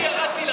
אני ירדתי לחדר,